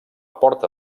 porta